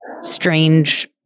strange